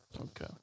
Okay